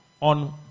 on